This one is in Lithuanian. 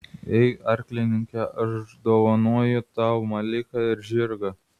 ei arklininke aš dovanoju tau maliką ir žirgą